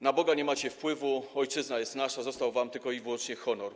Na Boga nie macie wpływu, ojczyzna jest nasza, został wam tylko i wyłącznie honor.